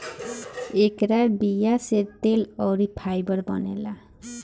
एकरा बीया से तेल अउरी फाइबर बनेला